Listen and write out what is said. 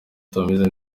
atameze